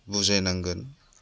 बुजायनांगोन